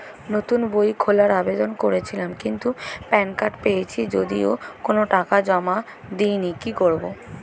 নতুন বই খোলার আবেদন করেছিলাম কিন্তু প্যান কার্ড পেয়েছি যদিও কোনো টাকা জমা দিইনি কি করব?